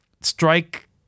strike